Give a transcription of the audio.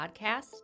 podcast